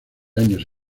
años